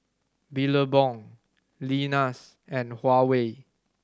Billabong Lenas and Huawei